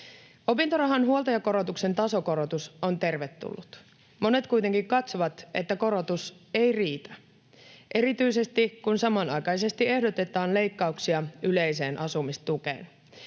Opintorahan huoltajakorotuksen tasokorotus on tervetullut. Monet kuitenkin katsovat, että korotus ei riitä, erityisesti kun samanaikaisesti ehdotetaan leikkauksia yleiseen asumistukeen.